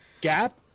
Gap